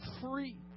free